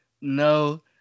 No